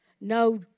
No